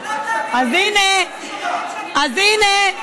את לא תאמיני, לפני דרוויש, אז הינה.